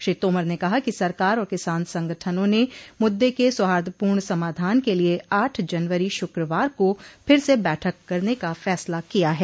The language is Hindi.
श्री तोमर ने कहा कि सरकार और किसान संगठनों ने मुद्दे के सौहार्दपूर्ण समाधान के लिए आठ जनवरी शुक्रवार को फिर से बैठक करने का फैसला किया है